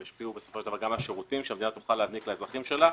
ישפיעו גם על השירותים שהמדינה תוכל להעניק לאזרחים שלה.